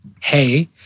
hey